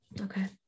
okay